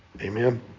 Amen